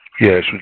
Yes